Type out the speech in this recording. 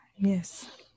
Yes